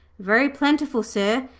very plentiful, sir,